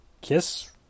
Kiss